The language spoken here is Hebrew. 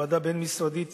הוועדה הבין-משרדית